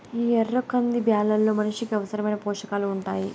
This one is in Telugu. ఈ ఎర్ర కంది బ్యాళ్ళలో మనిషికి అవసరమైన పోషకాలు ఉంటాయి